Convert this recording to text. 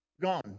Gone